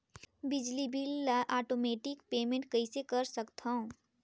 बिजली बिल ल automatic payment कइसे कर सकथव?